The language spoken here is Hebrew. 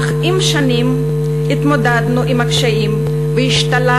אך עם השנים התמודדנו עם הקשיים והשתלבנו,